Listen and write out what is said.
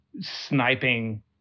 sniping